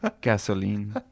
gasoline